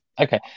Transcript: Okay